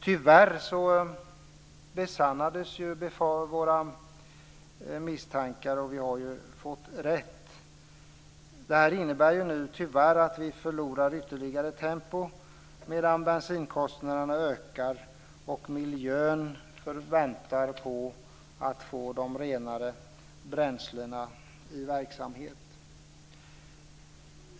Tyvärr besannades vår misstankar, och vi har fått rätt. Det innebär att vi tyvärr förlorar ytterligare tempo, medan bensinkostnaderna ökar och miljön får vänta på att de renare bränslena kommer till användning.